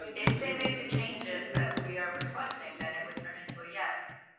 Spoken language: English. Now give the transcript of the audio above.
if they make the changes that we are requesting, then it would turn into a yes.